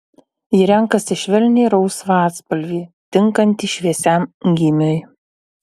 ji renkasi švelniai rausvą atspalvį tinkantį šviesiam gymiui